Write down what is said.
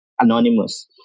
anonymous